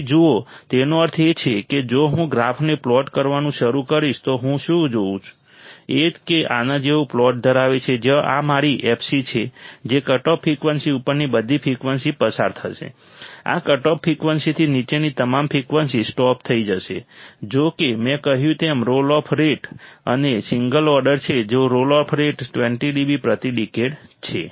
તેથી જુઓ તેનો અર્થ એ છે કે જો હું ગ્રાફને પ્લોટ કરવાનું શરૂ કરીશ તો હું શું જોશ કે તે આના જેવું પ્લોટ ધરાવે છે જ્યાં આ મારી fc છે જે કટઓફ ફ્રિકવન્સી ઉપરની બધી ફ્રિકવન્સી પસાર થશે આ કટઓફ ફ્રિકવન્સીથી નીચેની તમામ ફ્રિકવન્સી સ્ટોપ થઈ જશે જો કે મેં કહ્યું તેમ રોલ ઓફ રેટ છે અને આ સિંગલ ઓર્ડર છે તો રોલ ઓફ રેટ 20 dB પ્રતિ ડિકેડ છે